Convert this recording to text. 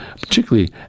particularly